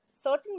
certain